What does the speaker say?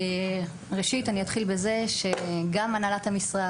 ראשית אני אתחיל בזה שגם הנהלת המשרד,